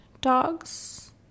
dogs